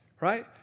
right